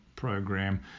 program